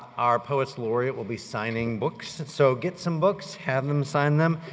our poets laureate will be signing books, so get some books, have them sign them,